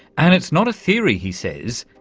and it's not a theory, he says,